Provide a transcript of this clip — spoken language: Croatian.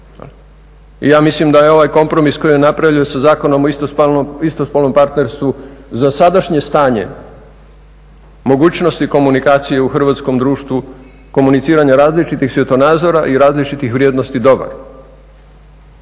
I ja mislim da je ovaj kompromis koji je napravljen sa Zakonom o istospolnom partnerstvu za sadašnje stanje mogućnosti komunikacije u hrvatskom društvu, komuniciranja različitih svjetonazora i različitih vrijednosti dobar